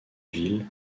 villes